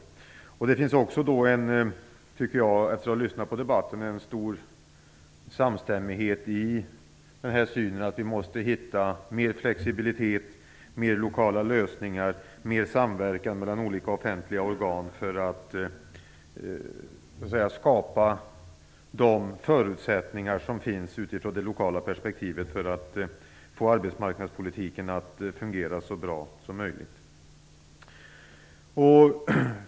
Efter att ha lyssnat på debatten tycker jag också att det finns en stor samstämmighet i synen att vi måste hitta mer flexibilitet, fler lokala lösningar och mer samverkan mellan olika offentliga organ för att skapa de förutsättningar som krävs utifrån det lokala perspektivet för att arbetsmarknadspolitiken skall fungera så bra som möjligt.